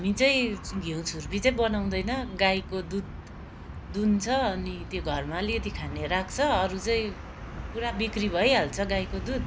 हामी चाहिँ घिउ छुर्पी चाहिँ बनाउँदैन गाईको दुध दुन्छ अनि त्यो घरमा अलिकिति खाने राख्छ अरू चाहिँ पुरा बिक्री भइहाल्छ गाईको दुध